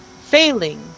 failing